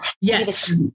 Yes